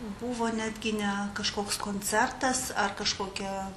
buvo netgi ne kažkoks koncertas ar kažkokia